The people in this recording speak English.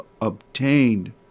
obtained